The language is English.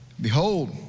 Behold